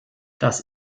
das